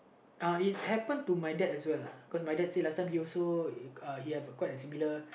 uh if happen to my dad as well cause my dad say last time he also uh he have a quite a similar